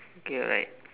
K alright